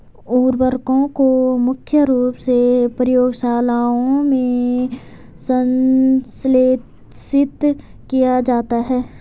उर्वरकों को मुख्य रूप से प्रयोगशालाओं में संश्लेषित किया जाता है